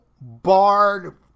barred